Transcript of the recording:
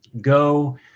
go